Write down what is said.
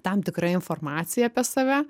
tam tikra informacija apie save